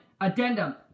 addendum